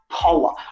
power